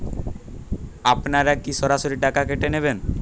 আপনারা কি সরাসরি টাকা কেটে নেবেন?